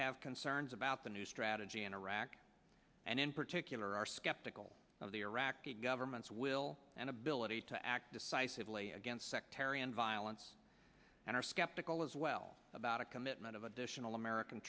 have concerns about the new strategy in iraq and in particular are skeptical of the iraqi government's will and ability to act decisively against sectarian violence and are skeptical as well about a commitment of additional american